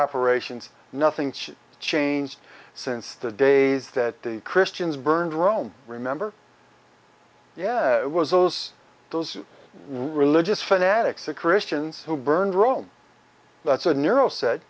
operations nothing changed since the days that the christians burned rome remember yeah it was those those religious fanatics the christians who burned rome that's a neuro said